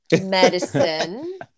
medicine